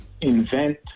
invent